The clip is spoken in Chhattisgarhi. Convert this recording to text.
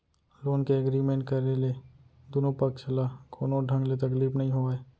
लोन के एगरिमेंट करे ले दुनो पक्छ ल कोनो ढंग ले तकलीफ नइ होवय